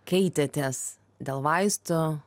keitėtės dėl vaistų